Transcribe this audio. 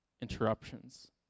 interruptions